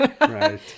Right